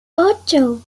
ocho